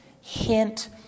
hint